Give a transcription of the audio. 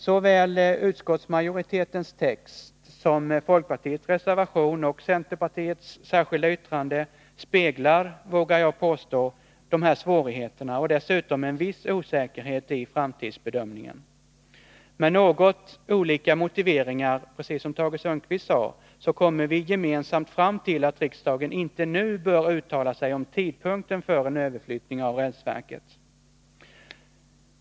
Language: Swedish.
Såväl utskottsmajoritetens text som folkpartiets reservation och centerpartiets särskilda yttrande speglar, vågar jag påstå, dessa svårigheter och dessutom en viss osäkerhet i framtidsbedömningen. Med något olika motiveringar, precis som Tage Sundkvist sade, kommer vi gemensamt fram till att riksdagen inte nu bör uttala sig om tidpunkten för en överflyttning av rälsverket.